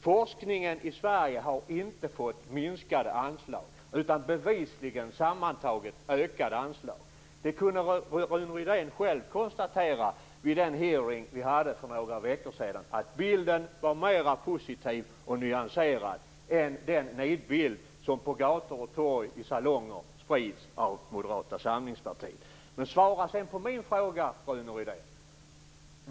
Forskningen i Sverige har inte fått minskade anslag, utan bevisligen sammantaget ökade anslag. Det kunde Rune Rydén själv konstatera vid den hearing utskottet hade för några veckor sedan. Bilden var mer positiv och nyanserad än den nidbild som på gator och torg och i salonger sprids av Moderata samlingspartiet. Svara på min fråga också, Rune Rydén!